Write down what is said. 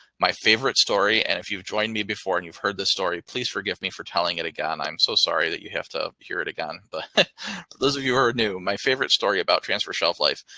my favorite story, and if you've joined me before and you've heard this story, please forgive me for telling it again. i'm so sorry that you have to hear it again. but those of you who are new, my favorite story about transfer shelf life,